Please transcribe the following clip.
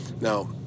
now